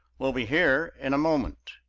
will be here in a moment.